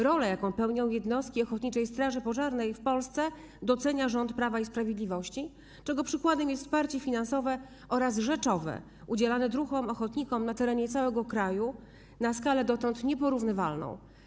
Rolę, jaką pełnią jednostki ochotniczej straży pożarnej w Polsce, docenia rząd Prawa i Sprawiedliwości, czego przykładem jest wsparcie finansowe oraz rzeczowe udzielane druhom ochotnikom na terenie całego kraju na skalę dotąd nieporównywalną.